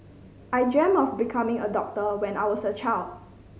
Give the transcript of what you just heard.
I dreamt of becoming a doctor when I was a child